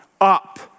up